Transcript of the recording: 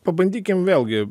pabandykim vėlgi